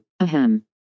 Ahem